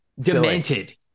demented